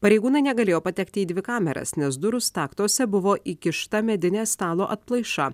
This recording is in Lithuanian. pareigūnai negalėjo patekti į dvi kameras nes durų staktose buvo įkišta medinė stalo atplaiša